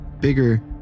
bigger